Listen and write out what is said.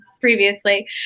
previously